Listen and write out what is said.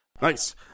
nice